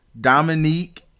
Dominique